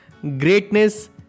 greatness